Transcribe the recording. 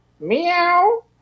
Meow